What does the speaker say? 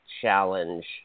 challenge